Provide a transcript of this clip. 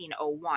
1901